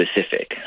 specific